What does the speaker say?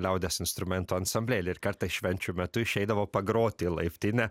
liaudies instrumento ansamblį ir kartą švenčių metu išeidavo pagroti laiptinę